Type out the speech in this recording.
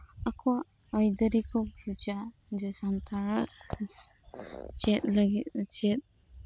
ᱟᱠᱚᱣᱟᱜ ᱟᱹᱭᱫᱟᱹᱨᱤ ᱠᱚ ᱵᱩᱡᱟ ᱡᱮ ᱥᱟᱱᱛᱟᱲᱟᱜ ᱪᱮᱫ ᱞᱟᱹᱜᱤᱫ ᱪᱮᱫ